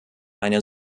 eine